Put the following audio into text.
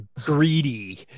Greedy